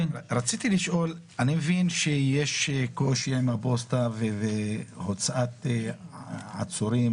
אני מבין שיש קושי עם הפוסטה והוצאת העצורים